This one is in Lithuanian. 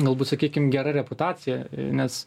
galbūt sakykim gera reputacija nes